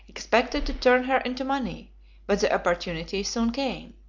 expected to turn her into money but the opportunity soon came.